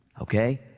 Okay